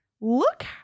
look